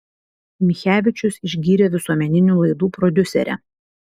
michevičius išgyrė visuomeninių laidų prodiuserę